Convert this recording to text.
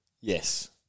Yes